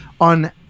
on